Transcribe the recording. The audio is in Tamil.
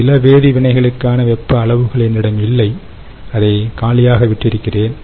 சில வேதிவினை களுக்கான வெப்ப அளவுகள் என்னிடம் இல்லை அதை காலியாக விட்டிருக்கிறேன்